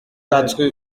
quatre